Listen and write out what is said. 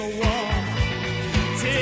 walk